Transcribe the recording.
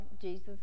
jesus